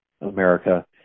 America